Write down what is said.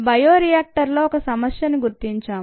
bio రియాక్టర్లో ఒక సమస్యను గుర్తించాము